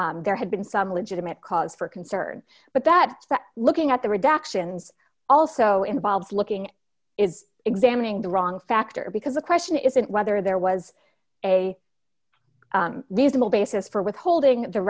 there had been some legitimate cause for concern but that looking at the redactions also involves looking is examining the wrong factor because the question isn't whether there was a reasonable basis for withholding the